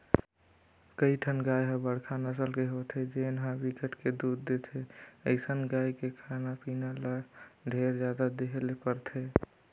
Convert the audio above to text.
कइठन गाय ह बड़का नसल के होथे जेन ह बिकट के दूद देथे, अइसन गाय के खाना पीना ल ढेरे जादा देहे ले परथे